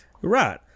Right